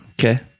Okay